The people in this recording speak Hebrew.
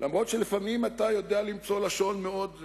אף-על-פי שלפעמים אתה יודע למצוא לשון מאוד,